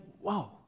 whoa